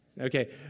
Okay